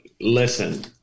listen